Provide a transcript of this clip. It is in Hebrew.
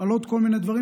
על עוד כל מיני דברים,